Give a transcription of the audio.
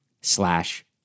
slash